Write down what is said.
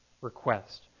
request